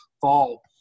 fall